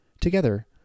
Together